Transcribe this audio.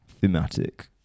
thematic